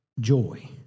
joy